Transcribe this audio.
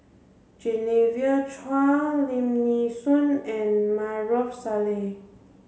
Genevieve Chua Lim Nee Soon and Maarof Salleh